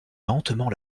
lentement